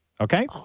Okay